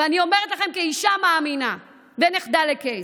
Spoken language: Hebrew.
ואני אומרת לכם את זה כאישה מאמינה ונכדה לקייס.